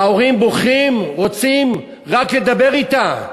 ההורים בוכים, רוצים רק לדבר אתה.